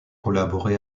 collaboré